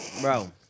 Bro